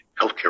healthcare